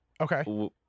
okay